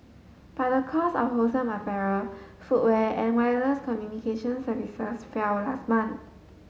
but the cost of wholesale apparel footwear and wireless communications services fell last month